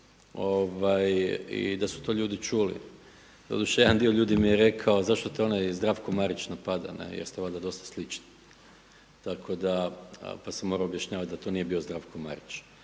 i da su to ljudi čuli. Doduše jedan dio ljudi mi je rekao zašto te onaj Zdravko Marić napada, ne, jer ste valjda dosta slični. Tako da, pa sam morao objašnjavati da to nije bio Zdravko Marić.